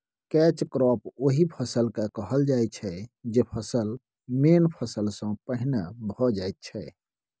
catch crop ओहि फसल केँ कहल जाइ छै जे फसल मेन फसल सँ पहिने भए जाइ छै